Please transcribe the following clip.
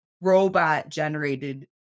robot-generated